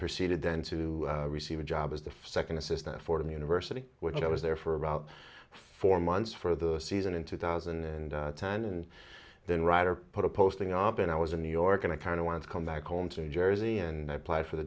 proceeded then to receive a job as the second assistant fordham university which i was there for about four months for the season in two thousand and ten and then right or put a posting op in i was in new york and i kind of wanted to come back home to new jersey and apply for the